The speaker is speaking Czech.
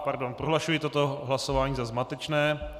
Pardon, prohlašuji toto hlasování za zmatečné.